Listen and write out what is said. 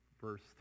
verse